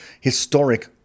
historic